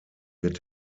wird